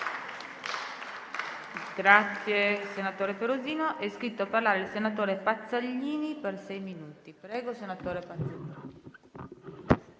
Grazie